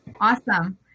Awesome